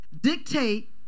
dictate